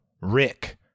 Rick